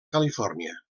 califòrnia